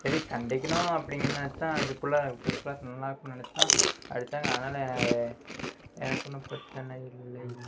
சரி கண்டிக்கணும் அப்படின்னுங்க நினச்சு தான் அதுக்குள்ளே இப்டிப்டிலாம் செஞ்சா நல்லா இருப்பேன்னு நினச்சுதா அடிச்சாங்க அதனால் அது எனக்கு ஒன்றும் பிரச்சனை இல்லை